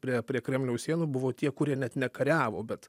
prie prie kremliaus sienų buvo tie kurie net nekariavo bet